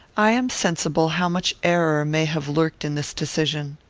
i am sensible how much error may have lurked in this decision.